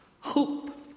Hope